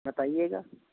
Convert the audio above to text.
बताइएगा